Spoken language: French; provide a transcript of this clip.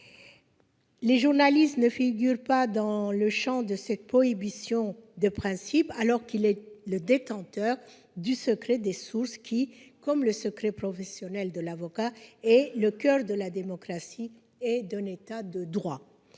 Les journalistes ne figurent pas dans le champ de cette prohibition de principe, alors qu'ils bénéficient du secret des sources, qui, comme le secret professionnel de l'avocat, est le coeur de la démocratie et de l'État de droit.